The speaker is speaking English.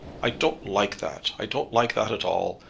i don't like that. i don't like that at all.